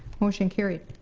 motion carried.